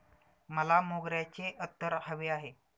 मला मोगऱ्याचे अत्तर हवे आहे